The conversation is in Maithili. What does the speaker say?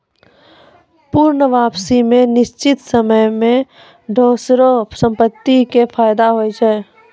पूर्ण वापसी मे निश्चित समय मे दोसरो संपत्ति के फायदा होय छै